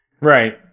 Right